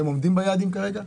הם עומדים ביעדים כרגע?